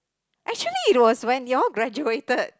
actually it was when you all graduated